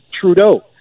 Trudeau